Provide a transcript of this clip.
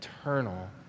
eternal